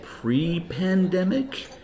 pre-pandemic